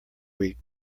week